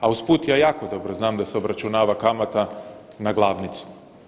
A usput ja jako dobro znam da se obračunava kamata na glavnicu.